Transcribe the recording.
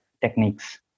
techniques